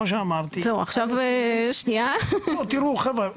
תראו חבר'ה,